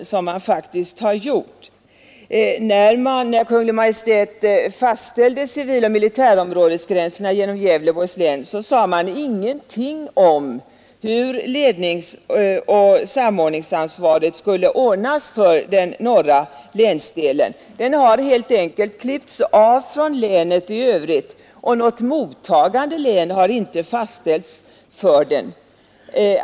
När Kungl. Maj:t fastställde civiloch militärområdesgränsen i Gävleborgs län sade man ingenting om hur ledningsoch samordningsansvaret skulle ordnas för den norra länsdelen. Den har helt enkelt klippts av från länet i övrigt, och något mottagande län har inte fastställts för den.